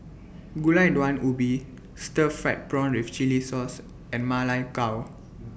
Gulai Daun Ubi Stir Fried Prawn with Chili Sauce and Ma Lai Gao